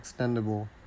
extendable